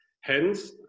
Hence